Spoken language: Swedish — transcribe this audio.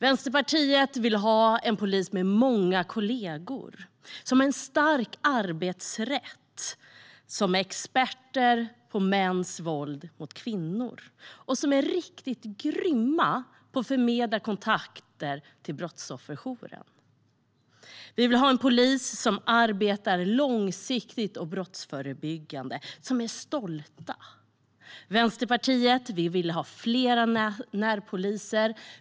Vänsterpartiet vill ha en polis med många kollegor och med en stark arbetsrätt. Vi vill ha poliser som är experter på mäns våld mot kvinnor och som är riktigt grymma på att förmedla kontakter till brottsofferjouren. Vi vill ha en polis som arbetar långsiktigt och brottsförebyggande. Vi vill ha poliser som är stolta. Vänsterpartiet vill ha fler närpoliser.